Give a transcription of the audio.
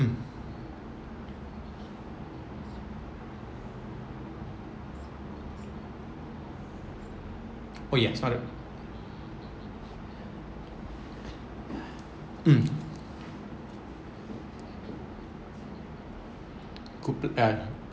mm oh ya mm coup~ uh